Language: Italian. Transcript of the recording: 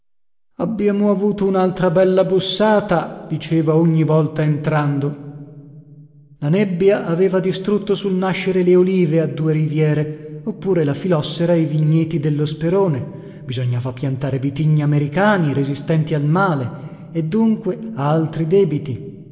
abbiamo avuto unaltra bella bussata diceva ogni volta entrando la nebbia aveva distrutto sul nascere le olive a due riviere oppure la fillossera i vigneti dello sperone bisognava piantare vitigni americani resistenti al male e dunque altri debiti